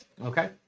Okay